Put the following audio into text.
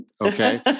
Okay